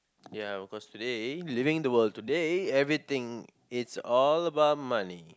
ya cause today living the world today everything it's all about money